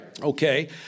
Okay